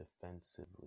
defensively